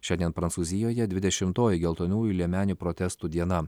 šiandien prancūzijoje dvidešimtoji geltonųjų liemenių protestų diena